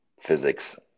physics